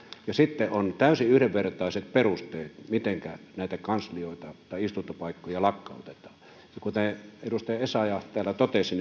ja sitten on täysin yhdenvertaiset perusteet mitenkä näitä kanslioita tai istuntopaikkoja lakkautetaan kuten edustaja essayah täällä totesi